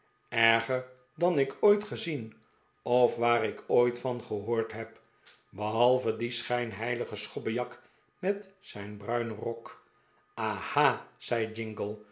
erger dan ik ooit gezien of waar ik ooit van gehoord heb behalve dien schijnheiligen schobbejak met zijn bruinen rok ha ha zei jingle